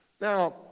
Now